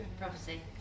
Prophecy